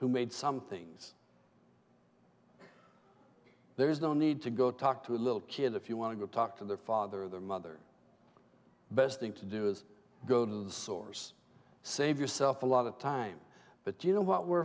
who made some things there is no need to go talk to a little kid if you want to talk to their father their mother best thing to do is go to the source save yourself a lot of time but you know what we're